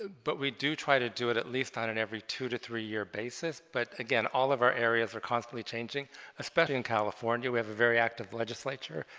but we do try to do it at least on an every two to three year basis but again all of our areas are constantly changing especially in california we have a very active legislature